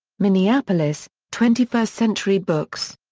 minneapolis twenty-first century books.